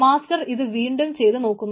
master ഇത് വീണ്ടും ചെയ്തു നോക്കുന്നു